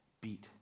beat